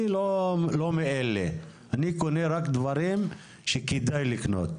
אני לא מאלה, אני קונה רק דברים שכדאי לקנות.